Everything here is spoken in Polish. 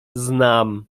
znam